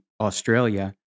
Australia